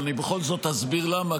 אבל אני בכל זאת אסביר למה,